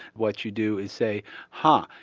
what you do is say ha,